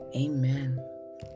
Amen